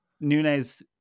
Nunez